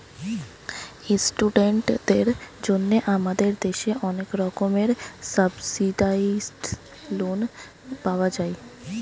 ইস্টুডেন্টদের জন্যে আমাদের দেশে অনেক রকমের সাবসিডাইসড লোন পাওয়া যায়